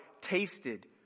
tasted